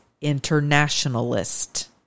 internationalist